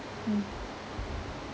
mm